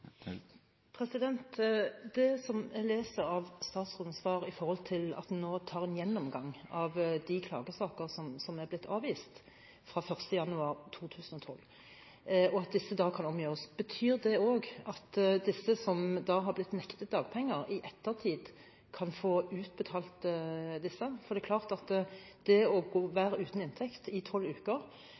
Det jeg leser av statsrådens svar er at man tar en gjennomgang av de klagesakene fra 1. januar 2012 som er blitt avvist, og at disse da kan omgjøres. Betyr det også at de som har blitt nektet dagpenger, i ettertid kan få disse utbetalt? Det er klart at for de som må være uten inntekt i 12 uker